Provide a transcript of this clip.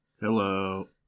Hello